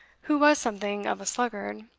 who was something of a sluggard,